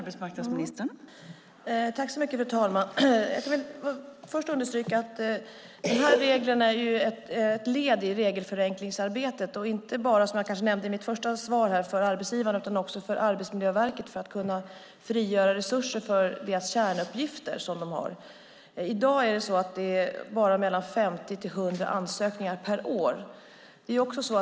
Fru talman! Jag vill först understryka att reglerna är ett led i regelförenklingsarbetet. De är inte bara, som jag kanske nämnde i mitt svar, till för arbetsgivaren utan är också till för Arbetsmiljöverket, för att verket ska kunna frigöra resurser för sina kärnuppgifter. I dag är det bara mellan 50 och 100 ansökningar per år.